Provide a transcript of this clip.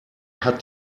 hat